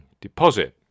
deposit